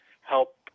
help